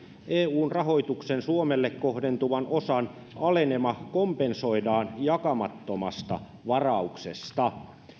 eu rahoituksen suomelle kohdentuvan osan alenema kompensoidaan jakamattomasta varauksesta